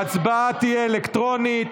ההצבעה תהיה אלקטרונית.